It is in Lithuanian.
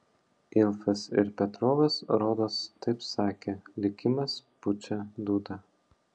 ilfas ir petrovas rodos taip sakė likimas pučia dūdą